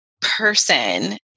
person